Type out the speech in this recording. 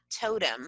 totem